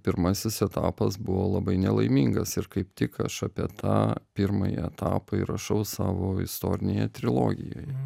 pirmasis etapas buvo labai nelaimingas ir kaip tik aš apie tą pirmąjį etapą ir rašau savo istorinėje trilogijoje